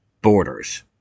borders